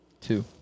Two